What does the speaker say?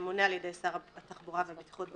שימונה על ידי שר התחבורה והבטיחות בדרכים,